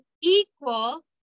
equal